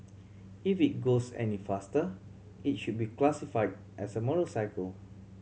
if it goes any faster it should be classify as a motorcycle